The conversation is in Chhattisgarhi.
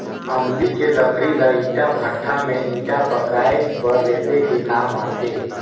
अमली के लकरी ल ईटा भट्ठा में ईटा पकाये बर लेसे के काम आथे